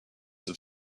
have